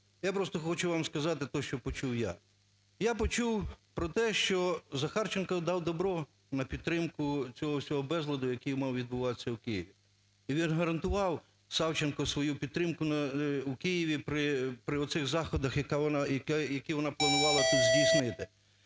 Я просто хочу вам сказати то, що почув я. Я почув про те, що Захарченко дав добро на підтримку цього всього безладу, який мав відбуватися в Києві. І він гарантував Савченко свою підтримку у Києві при оцих заходах, які вона планувала тут здійснити.